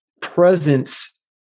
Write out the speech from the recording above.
presence